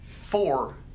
four